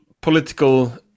political